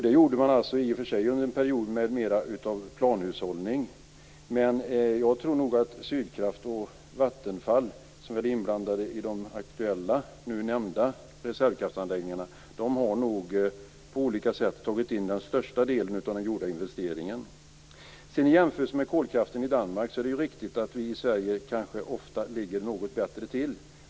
Det gjorde man i och för sig under en period med mer av planhushållning, men jag tror nog att Sydkraft och Vattenfall - som väl är inblandade i de aktuella, nu nämnda reservkraftsanläggningarna - på olika sätt har tagit in den största delen av den gjorda investeringen. I jämförelse med kolkraften i Danmark är det riktigt att vi i Sverige kanske ofta ligger något bättre till.